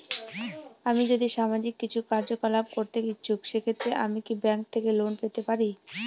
আমি যদি সামাজিক কিছু কার্যকলাপ করতে ইচ্ছুক সেক্ষেত্রে আমি কি ব্যাংক থেকে লোন পেতে পারি?